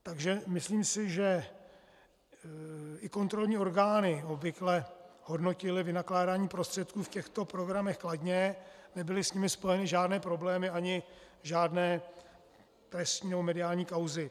Takže myslím, že i kontrolní orgány obvykle hodnotily vynakládání prostředků v těchto programech kladně, nebyly s nimi spojeny žádné problémy ani žádné trestní nebo mediální kauzy.